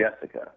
Jessica